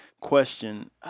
question